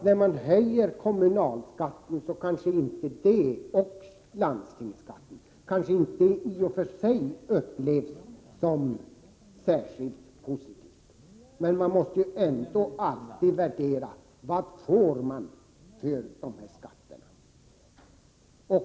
När man höjer kommunalskatten och landstingsskatten kanske detta i och för sig inte upplevs som särskilt positivt, men man måste ju ändå alltid tänka på vad man får för skattepengarna.